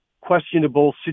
questionable